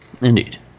Indeed